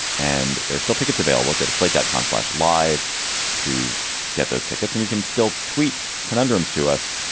and there are still tickets available. go to slate, dot com slash live to get those tickets and you can still tweet conundrums to us.